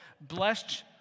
Blessed